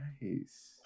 Nice